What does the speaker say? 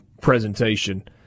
presentation